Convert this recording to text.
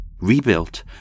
rebuilt